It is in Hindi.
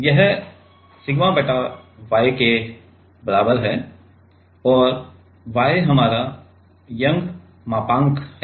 तब सिग्मा बटा Y के बराबर है और Y हमारा यंग मापांक है